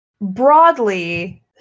Broadly